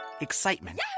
excitement